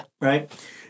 Right